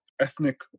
ethnic